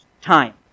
time